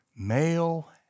Male